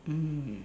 mm